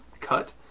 cut